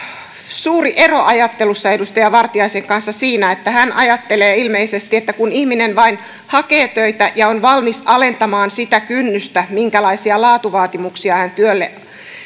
suuri ero ajattelussa edustaja vartiaisen kanssa siinä että hän ajattelee ilmeisesti että kun ihminen vain hakee töitä ja on valmis alentamaan sitä kynnystä minkälaisia laatuvaatimuksia hän työlle